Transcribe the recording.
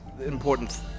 Important